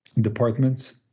departments